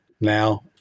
now